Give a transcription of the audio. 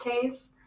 case